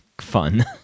fun